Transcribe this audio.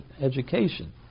education